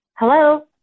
Hello